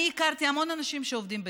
אני הכרתי המון אנשים שעובדים בתחום.